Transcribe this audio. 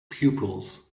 pupils